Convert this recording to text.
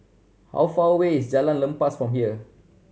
how far away is Jalan Lepas from here